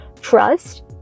trust